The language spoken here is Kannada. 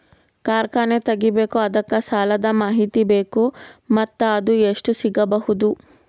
ಕಾರ್ಖಾನೆ ತಗಿಬೇಕು ಅದಕ್ಕ ಸಾಲಾದ ಮಾಹಿತಿ ಬೇಕು ಮತ್ತ ಅದು ಎಷ್ಟು ಸಿಗಬಹುದು?